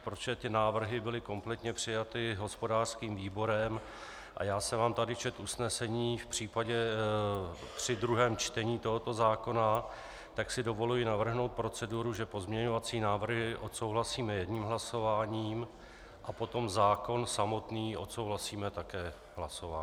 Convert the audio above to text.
Protože návrhy byly kompletně přijaty hospodářským výborem a já jsem vám tu četl usnesení při druhém čtení tohoto zákona, tak si dovoluji navrhnout proceduru, že pozměňovací návrhy odsouhlasíme jedním hlasováním a potom zákon samotný odsouhlasíme také hlasováním.